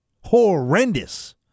Horrendous